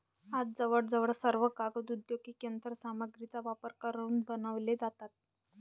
आज जवळजवळ सर्व कागद औद्योगिक यंत्र सामग्रीचा वापर करून बनवले जातात